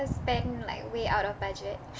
spend like way out of budget